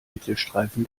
mittelstreifen